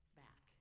back